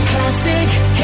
Classic